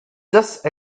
just